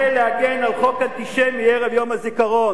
אתה רוצה להגן על חוק אנטישמי ערב יום הזיכרון.